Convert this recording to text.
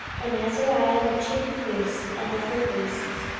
and azariah the chief priest, and all the priests,